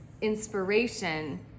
inspiration